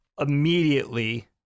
immediately